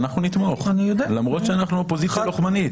אנחנו נתמוך למרות שאנחנו אופוזיציה לחומנית.